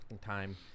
time